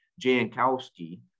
Jankowski